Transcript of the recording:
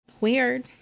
Weird